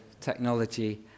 technology